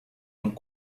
und